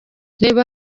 reba